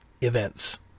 events